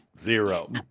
Zero